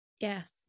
Yes